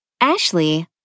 Ashley